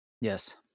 Yes